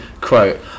Quote